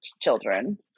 children